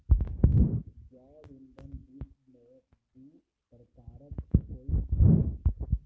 जैव ईंधन विश्व में दू प्रकारक होइत अछि